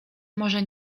może